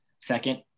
second